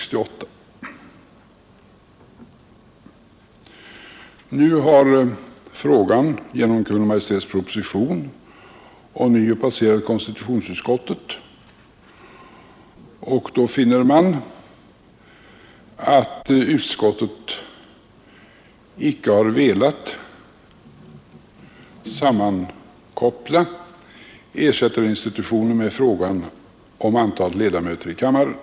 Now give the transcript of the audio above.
Nu har frågan genom Kungl. Maj:ts proposition ånyo passerat konstitutionsutskottet, och man finner att utskottet inte har velat sammankoppla ersättarinstitutionen med frågan om antalet ledamöter i kammaren.